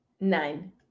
Nine